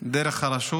דרך הרשות